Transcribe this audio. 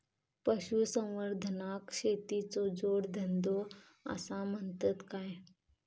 पशुसंवर्धनाक शेतीचो जोडधंदो आसा म्हणतत काय?